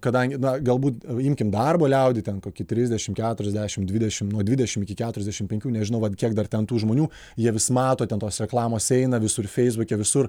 kadangi na galbūt imkim darbo liaudį ten kokį trisdešim keturiasdešim dvidešim nuo dvidešim iki keturiasdešim penkių nežinau kiek dar ten tų žmonių jie vis mato ten tos reklamos eina visur feisbuke visur